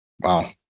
wow